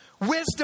wisdom